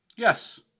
Yes